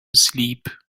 sleep